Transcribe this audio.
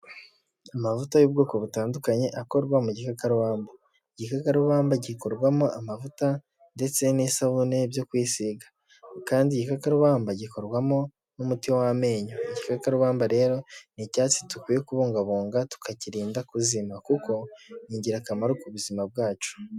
Amavuta y'ubwoko butandukanye akorwa mu gikakarubamba, igikakarumba gikorwamo amavuta ndetse n'isabune byo kwisiga kandi igikakarumba gikorwamo n'umuti w'amenyo rero igikakarumba rero ni icyatsi dukwiye kubungabunga tukakirinda kuzima kuko ni ingirakamaro ku buzima bwacu.